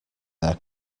their